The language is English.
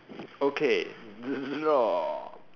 okay draw